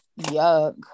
Yuck